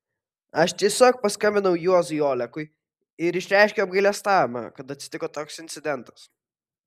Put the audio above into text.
aš tiesiog paskambinau juozui olekui ir išreiškiau apgailestavimą kad atsitiko toks incidentas